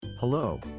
Hello